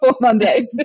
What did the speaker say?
Monday